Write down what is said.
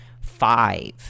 five